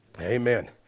amen